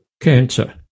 cancer